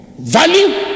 value